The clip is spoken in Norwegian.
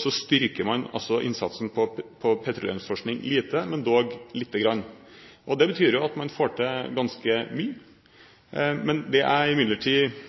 styrker man innsatsen på petroleumsforskning – lite, men dog lite grann. Det betyr jo at man får til ganske mye. Det jeg imidlertid ser fram til, er